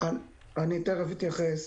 אני תיכף אתייחס.